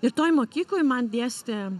ir toj mokykloj man dėstė